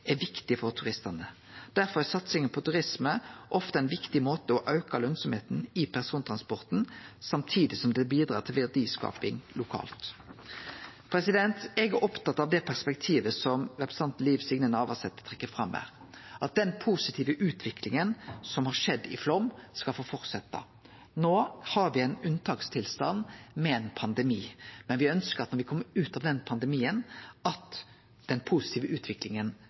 er viktig for turistane. Derfor er satsinga på turisme ofte ein viktig måte å auke lønsemda i persontransporten på, samtidig som det bidrar til verdiskaping lokalt. Eg er opptatt av det perspektivet som representanten Liv Signe Navarsete trekk fram her, at den positive utviklinga som har skjedd i Flåm, skal få fortsetje. No har me ein unntakstilstand med ein pandemi, men me ønskjer at den positive utviklinga som var der før pandemien, skal fortsetje når me kjem ut av pandemien.